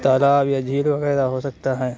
تالاب یا جھیل وغیرہ ہو سکتا ہے